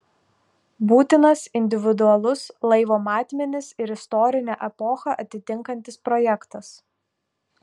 būtinas individualus laivo matmenis ir istorinę epochą atitinkantis projektas